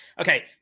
okay